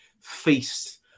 feast